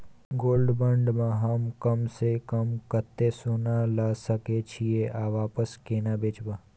Gold bond म हम कम स कम कत्ते सोना ल सके छिए आ वापस केना बेचब?